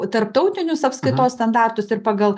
tarptautinius apskaitos standartus ir pagal